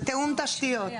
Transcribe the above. זה תיאום תשתיות.